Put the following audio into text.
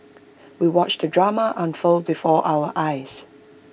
we watched the drama unfold before our eyes